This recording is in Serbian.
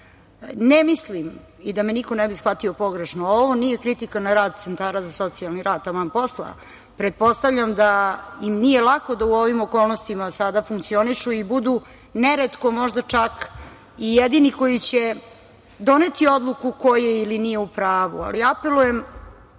mislim, da me niko ne bi shvatio pogrešno, ovo nije kritika na rad centara za socijalni rad, taman posla, pretpostavljam da im nije lako da u ovim okolnostima sada funkcionišu i budu neretko možda čak i jedini koji će doneti odluku ko je ili nije u pravu, ali apelujem